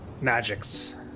magics